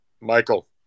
michael